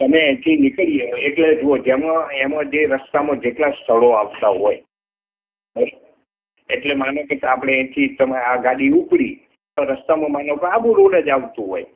તમે અહીંથી નીકળી જાવ એટલે જુઓ જેમાં એમાં જે રસ્તામાં જેટલા સ્થળો આવતાં હોય એટલે માનો કે અ આપણે અહીંથી તમારે આ ગાડી ઉપડી તો રસ્તામાં માનો કે આબુ રોડ જ આવતો હોય